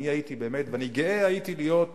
באמת הייתי גאה להיות,